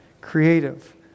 creative